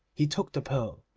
he took the pearl,